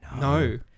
No